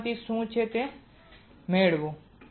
ઉત્ક્રાંતિ શું છે તે શોધો